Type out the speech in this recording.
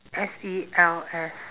S E L F